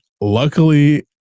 Luckily